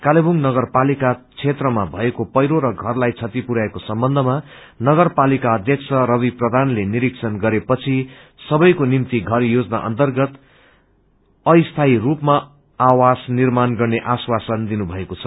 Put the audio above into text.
कालेबुङ नगरपालिका क्षेत्रमा भएको पहिरो र घरलाई क्षति पुरयाएको सम्बन्धमा नगरपालिका अध्यक्ष रवि प्रधानले निरिक्षण गरेपछि सबैको निम्ति घर योजना अन्तर्गत अस्थायी स्पमा आवास निर्माण गर्ने आश्वासन दिनुभएको छ